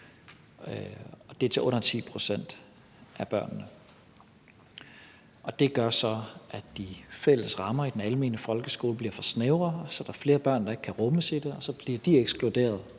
det er til under 10 pct. af børnene. Det gør så, at de fælles rammer i den almene folkeskole bliver for snævre, så der er flere børn, der ikke kan rummes i det, og så bliver de ekskluderet